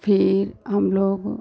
फिर हमलोग